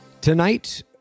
Tonight